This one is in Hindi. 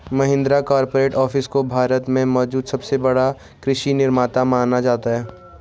महिंद्रा कॉरपोरेट ऑफिस को भारत में मौजूद सबसे बड़ा कृषि निर्माता माना जाता है